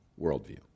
worldview